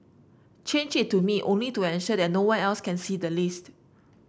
change it to me only to ensure that no one else can see the list